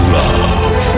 love